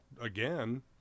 again